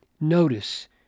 Notice